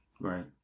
right